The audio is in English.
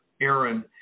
Aaron